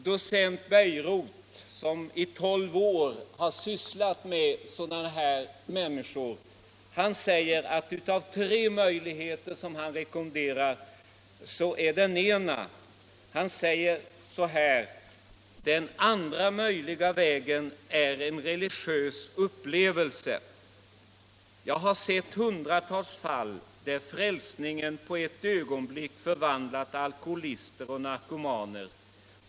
Docent Bejerot, som i tolv år har sysslat med sådana här problem, nämner tre möjligheter till räddning undan alkoholism. Han säger bl.a.: ”Den andra möjliga vägen är en religiös upplevelse —-—-—. Jag har sett 100-tals fall där frälsningen på ett ögonblick förvandlat alkoholister och narkomaner.